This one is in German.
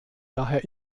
daher